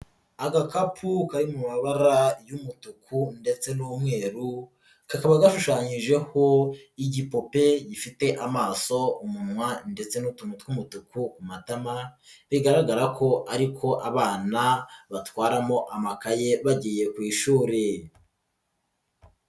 Agakapu kari mu mabara y'umutuku ndetse n'umweru, kakaba gashushanyijeho igipupe gifite amaso, umunwa ndetse n'utuntu tw'umutu ku matama, bigaragara ko ari ako abana batwaramo amakaye bagiye ku ishuri.